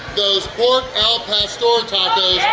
those pork al pastor